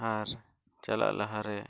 ᱟᱨ ᱪᱟᱞᱟᱜ ᱞᱟᱦᱟ ᱨᱮ